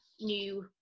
new